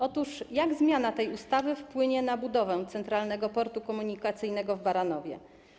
Otóż jak zmiana tej ustawy wpłynie na budowę Centralnego Portu Komunikacyjnego w Baranowie?